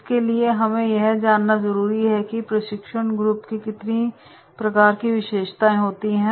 इसके लिए हमें यह जानना ज़रूरी है कि की प्रशिक्षण ग्रुप के कितनी प्रकार की विशेषताएं होती है